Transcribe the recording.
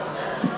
שעון קיץ),